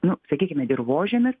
nu sakykime dirvožemis